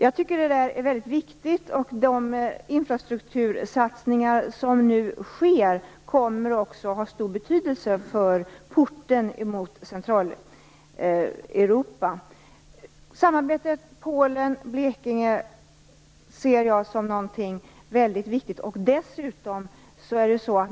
Jag tycker att detta är väldigt viktigt, och de infrastruktursatsningar som nu görs kommer att ha stor betydelse för porten mot Centraleuropa. Samarbetet mellan Polen och Blekinge ser jag som någonting viktigt.